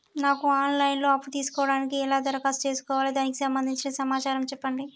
నాకు online లో అప్పు తీసుకోవడానికి ఎలా దరఖాస్తు చేసుకోవాలి దానికి సంబంధించిన సమాచారం చెప్పండి?